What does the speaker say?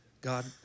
God